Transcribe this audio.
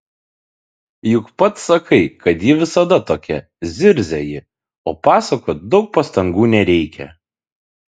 juk pats sakai kad ji visada tokia zirzia ji o pasakot daug pastangų nereikia